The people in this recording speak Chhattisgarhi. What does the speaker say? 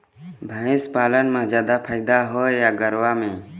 भंइस पालन म जादा फायदा हे या गरवा में?